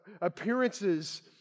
appearances